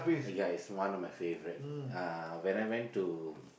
oh ya it's one of my favourite uh when I went to